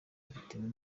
bitewe